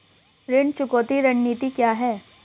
ऋण चुकौती रणनीति क्या है?